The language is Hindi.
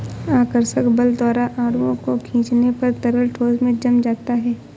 आकर्षक बल द्वारा अणुओं को खीचने पर तरल ठोस में जम जाता है